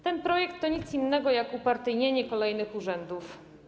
Ten projekt to nic innego niż upartyjnienie kolejnych urzędów.